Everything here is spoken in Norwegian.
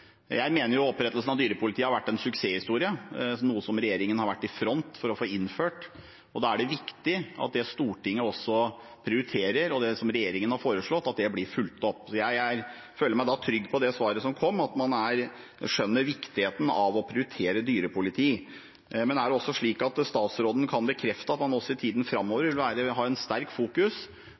Jeg mener opprettelsen av dyrepoliti har vært en suksesshistorie, som regjeringen har vært i front for å få innført. Da er det viktig at det Stortinget også prioriterer, og det regjeringen har foreslått, blir fulgt opp. Jeg føler meg da trygg på, av det svaret som kom, at man skjønner viktigheten av å prioritere dyrepoliti. Men er det slik at statsråden kan bekrefte at man også i tiden framover vil